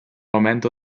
aumento